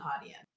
audience